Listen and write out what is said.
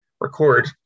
record